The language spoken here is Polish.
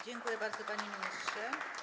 Dziękuję bardzo, panie ministrze.